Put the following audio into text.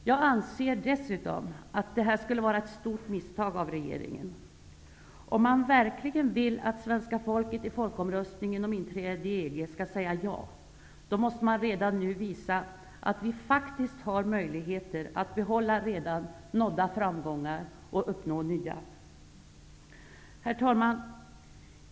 Jag anser dessutom att detta skulle vara ett stort misstag av regeringen. Om man verkligen vill att svenska folket i folkomröstningen om inträde i EG skall säga ja, måste man redan nu visa att vi faktiskt har möjligheter att behålla redan nådda framgångar och att uppnå nya. Herr talman!